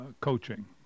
coaching